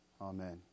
Amen